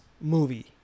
movie